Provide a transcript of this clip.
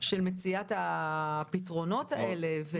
של מציאת הפתרונות האלה.